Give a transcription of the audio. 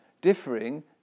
differing